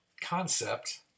concept